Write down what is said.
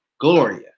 Gloria